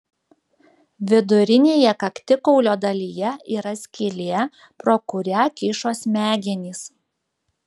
vidurinėje kaktikaulio dalyje yra skylė pro kurią kyšo smegenys